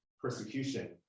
persecution